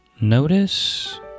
notice